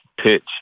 pitch